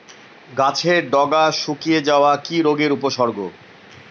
গাছের ডগা শুকিয়ে যাওয়া কি রোগের উপসর্গ?